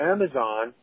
Amazon